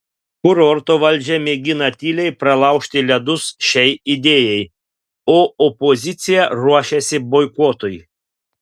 kurorto valdžia mėgina tyliai pralaužti ledus šiai idėjai o opozicija ruošiasi boikotui